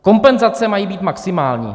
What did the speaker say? Kompenzace mají být maximální.